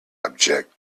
object